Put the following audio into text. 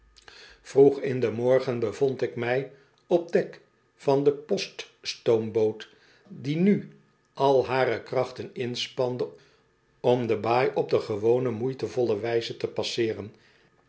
vroeg in den morgen bevond ik mij op dek van de poststoomboot die nu al hare krachten inspande om de baai op de gewone moeitevolle wijze te passeeren